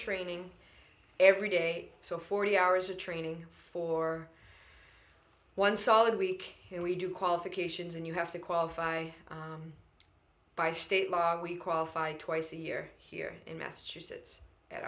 training every day so forty hours of training for one solid week and we do qualifications and you have to qualify by state law we qualify twice a year here in massachusetts at